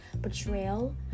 betrayal